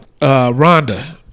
Rhonda